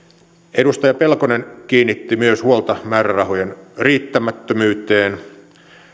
edustaja pelkonen kiinnitti myös huolta määrärahojen riittämättömyyteen